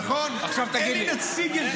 נכון, אין לי נציג אחד.